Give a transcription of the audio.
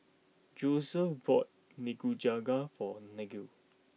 Josef bought Nikujaga for Gael